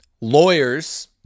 lawyers